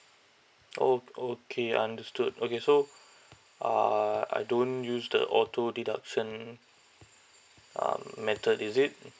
orh okay understood okay so uh I don't use the auto deduction um method is it